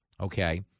okay